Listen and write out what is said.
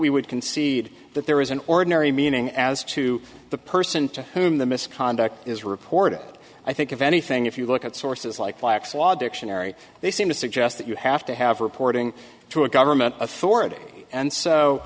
we would concede that there is an ordinary meaning as to the person to whom the misconduct is reported i think if anything if you look at sources like black's law dictionary they seem to suggest that you have to have reporting to a government authority and so